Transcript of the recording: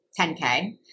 10K